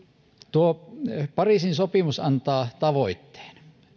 tuo pariisin sopimus antaa tavoitteen